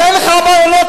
תחכה עד